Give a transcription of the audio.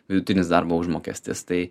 vidutinis darbo užmokestis tai